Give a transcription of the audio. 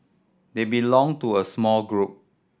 they belong to a small group